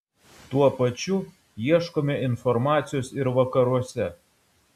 tuo pačiu ieškome informacijos ir vakaruose